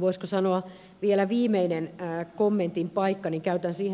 voisiko sanoa vielä viimeisen kommentin paikka niin käytän siihen lopun ajan